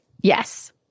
Yes